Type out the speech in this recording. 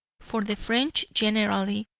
for the french generally,